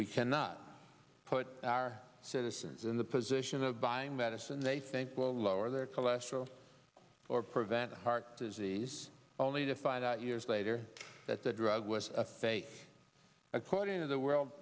we cannot put our citizens in the position of buying medicine they think will lower their cholesterol or prevent heart disease only to find out years later that the drug was a fake according to the world